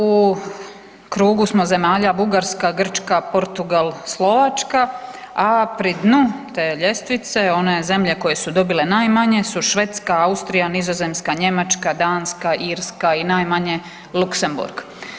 U krugu smo zemalja Bugarska, Grčka, Portugal, Slovačka, a pri dnu te ljestvice, one zemlje koje su dobile najmanje su Švedska, Austrija, Nizozemska, Njemačka, Danka, Irska, i najmanje, Luksemburg.